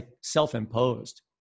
self-imposed